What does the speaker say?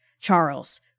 Charles